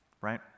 right